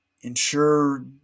Ensure